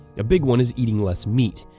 a big one is eating less meat.